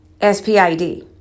SPID